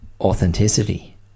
authenticity